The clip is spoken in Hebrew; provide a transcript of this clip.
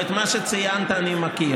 ואת מה שציינת אני מכיר,